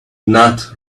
not